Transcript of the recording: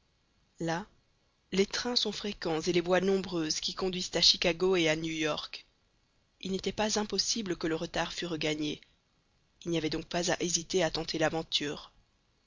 là les trains sont fréquents et les voies nombreuses qui conduisent à chicago et à new york il n'était pas impossible que le retard fût regagné il n'y avait donc pas à hésiter à tenter l'aventure